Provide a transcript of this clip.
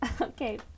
okay